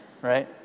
right